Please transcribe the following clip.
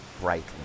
brightly